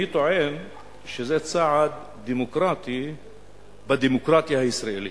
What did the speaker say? אני טוען שזה צעד דמוקרטי בדמוקרטיה הישראלית.